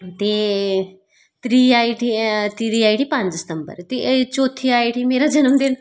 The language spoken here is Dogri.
ते त्रियी आई उठी पंज सितम्बर चौथी आई उठी मेरा जन्मदिन